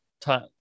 time